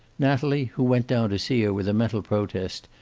natalie, who went down to see her with a mental protest,